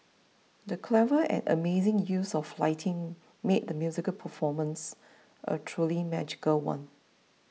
the clever and amazing use of lighting made the musical performance a truly magical one